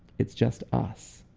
it's just us.